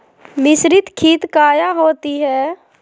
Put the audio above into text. मिसरीत खित काया होती है?